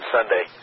Sunday